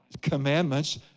commandments